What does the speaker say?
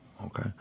Okay